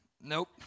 Nope